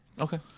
Okay